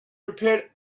prepared